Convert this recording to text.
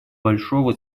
большого